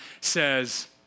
says